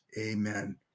Amen